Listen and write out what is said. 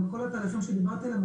כל התהליכים שדיברתי עליהם,